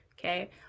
okay